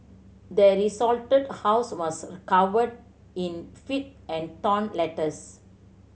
the desolated house was covered in filth and torn letters